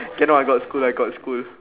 cannot I got school I got school